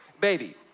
baby